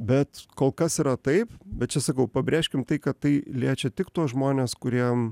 bet kol kas yra taip bet čia sakau pabrėžkim tai kad tai liečia tik tuos žmones kuriem